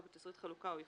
או בתשריט חלוקה או איחוד,